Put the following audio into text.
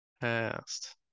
Past